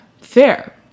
Fair